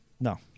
No